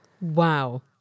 Wow